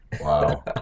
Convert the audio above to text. wow